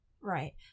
Right